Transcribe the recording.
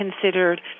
considered